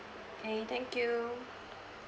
okay thank you